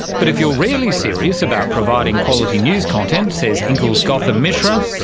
but if you're really serious about providing quality news content, says inkl's gautam mishra,